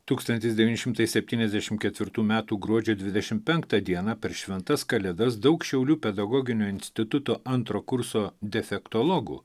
tūkstantis devyni šimtai septyniasdešim ketvirtų metų gruodžio dvidešim penktą dieną per šventas kalėdas daug šiaulių pedagoginio instituto antro kurso defektologų